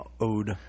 Ode